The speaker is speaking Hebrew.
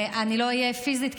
אני לא אהיה פיזית,